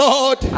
Lord